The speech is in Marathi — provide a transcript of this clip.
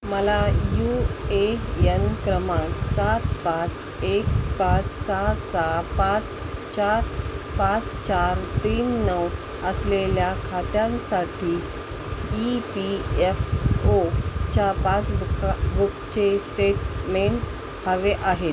मला यू ए यन क्रमांक सात पाच एक पाच सहा सहा पाच चार पाच चार तीन नऊ असलेल्या खात्यांसाठी ई पी एफ ओच्या पासबुका बुकचे स्टेटमेंट हवे आहेत